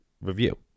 review